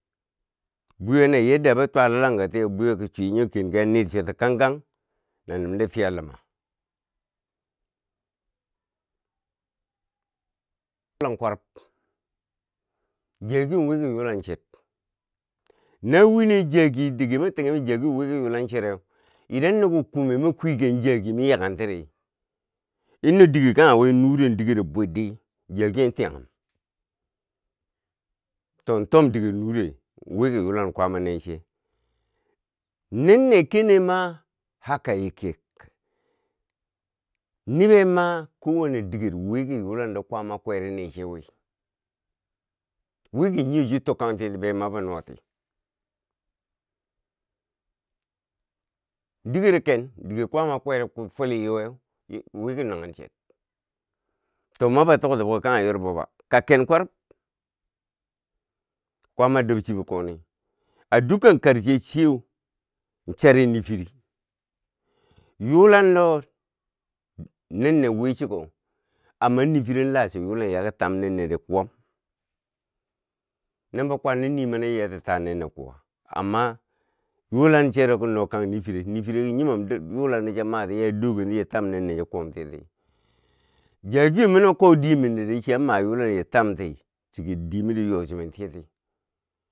Bwiyoo ne yadda bi twa la lango tiyeu bwiyo ki chwi nyo ken ki a niir cho ti kan kan na nimde fiya luma long kwarub jagiyo wiki yulan cher, na wineu jagi, dighe mi to ki miki zagiyo wiki yulan chereu, idan no ki kume mukwii gen jagi mi yaghen tiri, inno dighe kanghe wii nure digero bwit di jagiyo antiyaghum. To tom digher nure wi ki yulan kwaama neche nen ne kene ma haka yake niibe ma ko wanne diget wi ki yulando kwaama kweri ne chiye wi, wi ki nyiyo chi tokkanceti be mabi nuwati, digero ken dige kwaama kweri fweli yoweu wiki nanghen cher to maba tokti biki ka ghe yorbo ba, ka ken kwarub kwaama dobchi bo ko ni a dukan karche chi yeu nchari niffiri yulando nen ne wi chuko amma niffiro lacho yulan yaki tam nenne ri kuwam no bi kwandi ni mani iya ti ta nenneu kuwa amma yulan chero kino kang niffire, niffiro nyumon yulando cha mati cha dogenti na chi tam nenneu cha kuwam tiye ti. Jagiyo ma noko dimin dori chiyam ma yulando chiya tamti chiki dimin chi yo chi nen tiye ti.